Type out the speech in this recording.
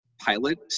pilot